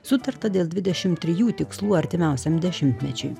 sutarta dėl dvidešimt trijų tikslų artimiausiam dešimtmečiui